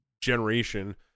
generation